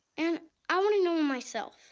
and i want to know him myself.